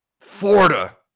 Florida